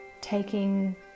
taking